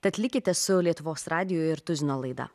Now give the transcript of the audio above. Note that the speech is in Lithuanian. tad likite su lietuvos radiju ir tuzino laida